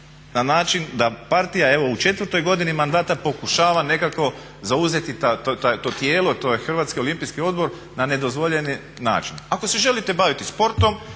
na način da partija evo u 4. godini mandata pokušava nekako zauzeti to tijelo taj HOO na nedozvoljeni način. Ako se želite baviti sportom,